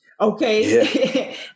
okay